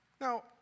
Now